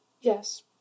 Yes